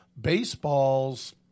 baseballs